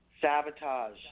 Sabotage